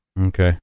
okay